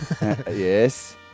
Yes